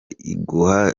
igura